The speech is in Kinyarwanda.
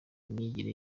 imyigire